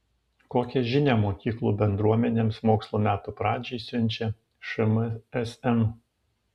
kokią žinią mokyklų bendruomenėms mokslo metų pradžiai siunčia šmsm